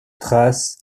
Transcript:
traces